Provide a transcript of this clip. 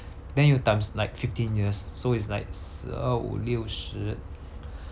then you times like fifteen years so it's like 十二五六十